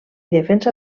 defensa